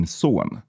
son